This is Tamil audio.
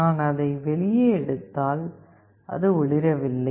நான் அதை வெளியே எடுத்தால் அது ஒளிரவில்லை